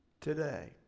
today